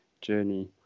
journey